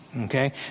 Okay